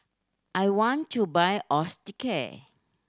I want to buy Osteocare